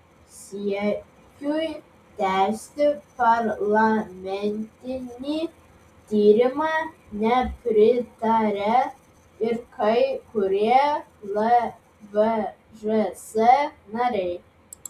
siekiui tęsti parlamentinį tyrimą nepritaria ir kai kurie lvžs nariai